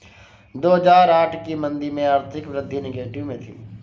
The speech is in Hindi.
दो हजार आठ की मंदी में आर्थिक वृद्धि नेगेटिव में थी